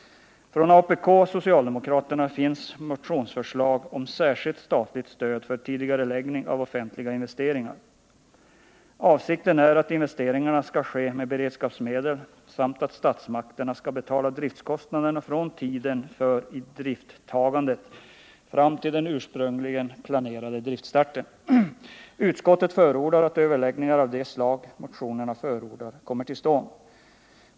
Från apk och socialdemokraterna finns motionsförslag om särskilt statligt stöd för tidigareläggning av offentliga investeringar. Avsikten är att investeringarna skall ske med beredskapsmedel samt att statsmakterna skall betala driftkostnaderna från tiden för idrifttagandet fram till den ursprungligen planerade driftstarten. Utskottet förordar att överläggningar av det slag motionerna föreslår kommer till stånd.